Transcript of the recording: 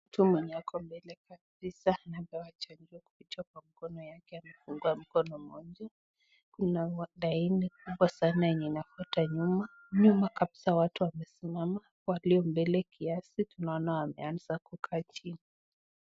Mtu mwenye ako mbele kabisa anapewa chanjo kupitia kwa mkono wake amefungwa mkono moja, na kuna laini kubwa sana yenye imefwata nyum, nyuma kabisa watu wamesimama pale mbele kiasi tunaona wamenza kukaa chini.